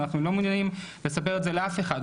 אנחנו לא מעוניינים לספר לאף אחד,